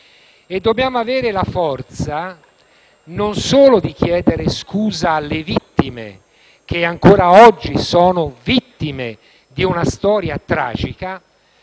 Dobbiamo avere la forza di chiedere non solo scusa alle vittime, che ancora oggi sono vittime di una storia tragica;